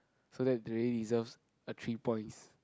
so that they really deserves a three points